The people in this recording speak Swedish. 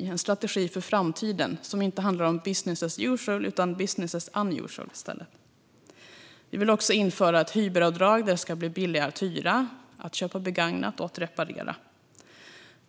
Det är en strategi för framtiden som inte handlar om "business as usual" utan i stället om "business as unusual". Vi vill införa ett hyberavdrag så att det ska bli billigare att hyra, att köpa begagnat och att reparera.